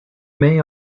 may